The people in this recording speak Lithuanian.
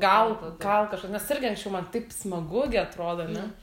gal kal kažkas nes irgi anksčiau man taip smagu gi atrodo ane